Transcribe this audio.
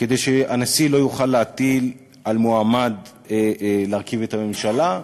כדי שהנשיא לא יוכל להטיל על מועמד להרכיב את הממשלה.